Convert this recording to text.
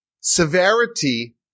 severity